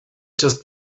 just